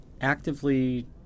actively